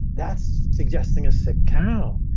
that's suggesting a sick cow.